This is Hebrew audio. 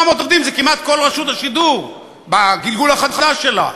400 עובדים זה כמעט כל רשות השידור בגלגול החדש שלה.